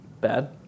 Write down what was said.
Bad